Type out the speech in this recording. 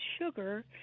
sugar